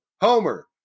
Homer